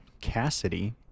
Cassidy